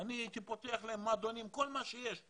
אני הייתי פותח להם מועדונים וכל מה שיש,